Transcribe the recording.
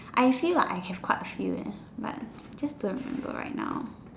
I feel like I have quite a few eh but just don't remember right now